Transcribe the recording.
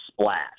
splash